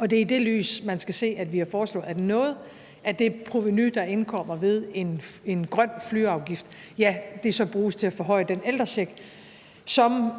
det er i det lys, man skal se det, vi har foreslået, nemlig at noget af det provenu, der kommer ind ved en grøn flyafgift, så bruges til at forhøje den ældrecheck, som